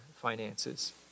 finances